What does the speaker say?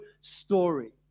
story